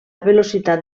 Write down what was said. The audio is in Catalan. velocitat